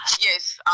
Yes